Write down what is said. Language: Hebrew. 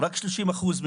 בסוף המשימה הזאת,